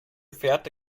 fährte